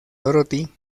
dorothy